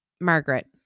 Margaret